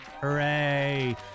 Hooray